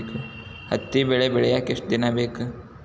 ಹತ್ತಿ ಬೆಳಿ ಬೆಳಿಯಾಕ್ ಎಷ್ಟ ದಿನ ಬೇಕ್?